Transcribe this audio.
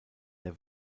der